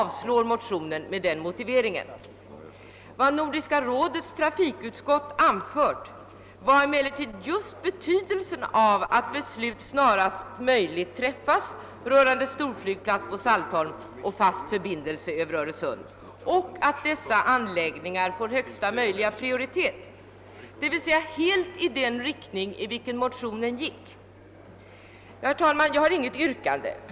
Vad Nordiska rådets trafikutskott anförde var emellertid just betydelsen av att beslut snarast möjligt träffas rörande storflygplats vid Saltholm och fast förbindelse över Öresund och att dessa anläggningar får högsta möjliga prioritet; uttalandet gick alltså i precis samma riktning som vår motion. Herr talman! Jag har inget yrkande.